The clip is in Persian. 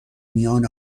میان